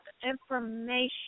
information